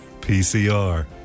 PCR